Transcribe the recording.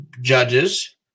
judges